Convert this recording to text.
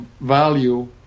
value